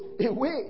away